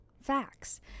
facts